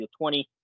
20